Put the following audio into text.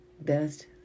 best